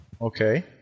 Okay